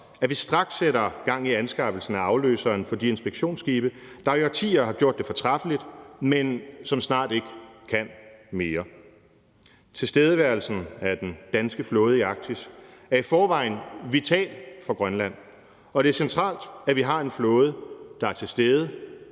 at vi straks sætter gang i anskaffelsen af afløseren for de inspektionsskibe, der i årtier har gjort det fortræffeligt, men som snart ikke kan mere. Tilstedeværelsen af den danske flåde i Arktis er i forvejen vital for Grønland, og det er centralt, at vi har en flåde, der er til stede